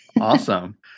Awesome